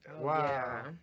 Wow